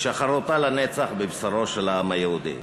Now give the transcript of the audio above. שחרותה לנצח בבשרו של העם היהודי.